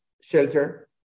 shelter